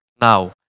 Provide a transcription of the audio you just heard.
Now